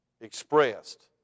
expressed